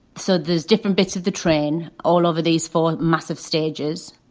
so there's different bits of the train all over these four massive stages.